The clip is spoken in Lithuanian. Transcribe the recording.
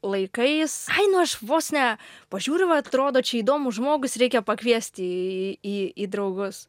laikais ai nu aš vos ne pažiūriu va atrodo čia įdomus žmogus reikia pakviesti į į į draugus